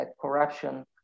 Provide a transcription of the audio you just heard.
corruption